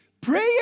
Prayer